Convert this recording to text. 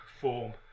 form